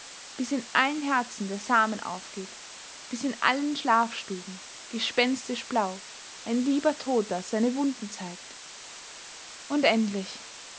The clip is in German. bis in allen herzen der samen aufgeht bis in allen schlafstuben gespenstisch blau ein lieber toter seine wunden zeigt und endlich